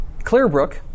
Clearbrook